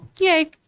yay